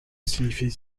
signifient